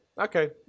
Okay